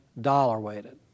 dollar-weighted